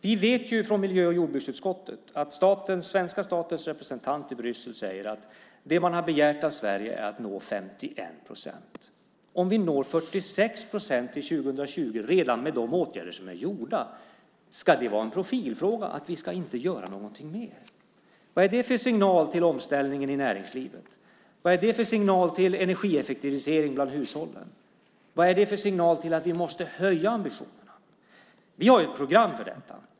Vi vet från miljö och jordbruksutskottet att svenska statens representant i Bryssel säger att det man har begärt av Sverige är att nå 51 procent förnybar energi. Om vi når 46 procent till 2020 redan med de åtgärder som är vidtagna, ska det då vara en profilfråga att vi inte ska göra något mer? Vad är det för signal till omställningen i näringslivet? Vad är det för signal till hushållens energieffektivisering? Vad är det för signal när det gäller att vi måste höja ambitionerna? Vi har ett program för detta.